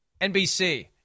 NBC